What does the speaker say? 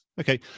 Okay